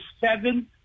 seven